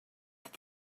that